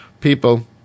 People